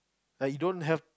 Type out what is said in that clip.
like you don't have